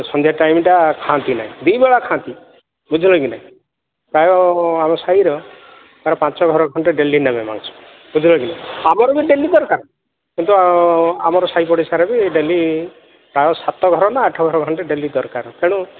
ସନ୍ଧ୍ୟା ଟାଇମ୍ଟା ଖାଆନ୍ତି ନାହିଁ ଦୁଇ ବେଳା ଖାଆନ୍ତି ବୁଝିଲେ କି ନାହିଁ ପ୍ରାୟ ଆମ ସାହିର ପ୍ରାୟ ପାଞ୍ଚ ଘର ଖଣ୍ଡେ ଡେଲି ନେବେ ମାଂସ ବୁଝିଲେ କି ନାହିଁ ଆମର ବି ଡେଲି ଦରକାର କିନ୍ତୁ ଆମର ସାହି ପଡ଼ିଶାରେ ବି ଡେଲି ପ୍ରାୟ ସାତ ଘର ନା ଆଠ ଘର ଖଣ୍ଡେ ଡେଲି ଦରକାର ତେଣୁ